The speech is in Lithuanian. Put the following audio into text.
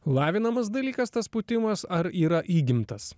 lavinamas dalykas tas pūtimas ar yra įgimtas